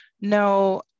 No